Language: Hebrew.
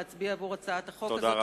להצביע עבור הצעת החוק הזאת,